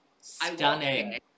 stunning